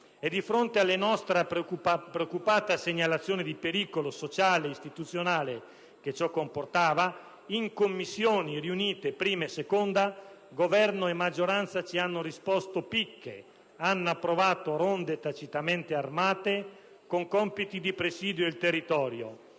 Di fronte alla nostra preoccupata segnalazione di pericolo sociale ed istituzionale che ciò comportava, in Commissioni 1a e 2a riunite, Governo e maggioranza ci hanno risposto picche: hanno approvato ronde tacitamente armate con compiti di presidio del territorio.